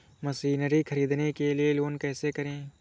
Machinery ख़रीदने के लिए लोन कैसे करें?